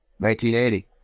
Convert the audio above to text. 1980